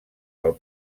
del